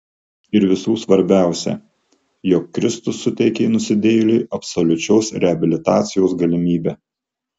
ir visų svarbiausia jog kristus suteikė nusidėjėliui absoliučios reabilitacijos galimybę